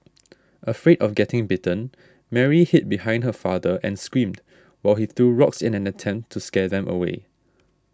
afraid of getting bitten Mary hid behind her father and screamed while he threw rocks in an attempt to scare them away